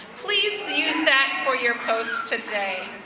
please use that for your post today.